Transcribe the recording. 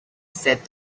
said